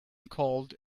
called